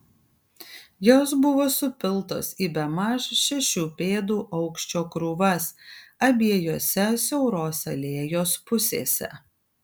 jos buvo supiltos į bemaž šešių pėdų aukščio krūvas abiejose siauros alėjos pusėse